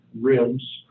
rims